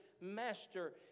master